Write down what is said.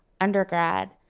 undergrad